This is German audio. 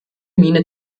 miene